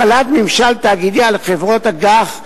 החלת ממשל תאגידי על חברות אג"ח,